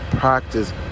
practice